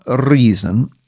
reason